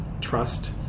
trust